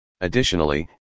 Additionally